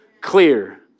clear